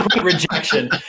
rejection